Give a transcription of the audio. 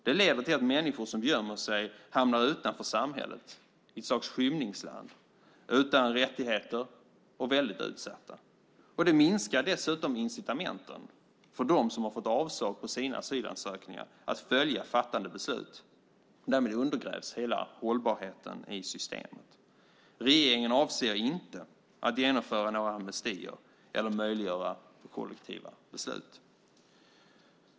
Det leder till att människor som gömmer sig hamnar utanför samhället, i ett slags skymningsland, utan rättigheter, och de blir väldigt utsatta. Det minskar dessutom incitamenten för dem som har fått avslag på sina asylansökningar att följa fattade beslut. Därmed undergrävs hela hållbarheten i systemet. Regeringen avser inte att genomföra några amnestier eller möjliggöra kollektiva beslut.